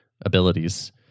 abilities